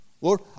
Lord